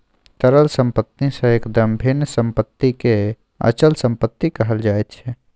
तरल सम्पत्ति सँ एकदम भिन्न सम्पत्तिकेँ अचल सम्पत्ति कहल जाइत छै